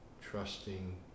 trusting